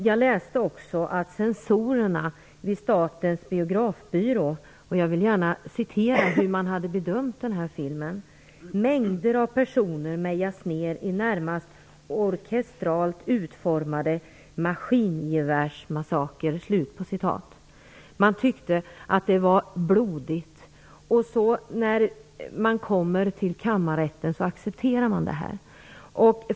Jag läste också hur censorerna vid Statens biografbyrå bedömde filmen: Mängder av personer mejas ner i närmast orkestralt utformade maskingevärsmassakrer. Man tyckte att det var blodigt. Men i kammarrätten accepterar man den.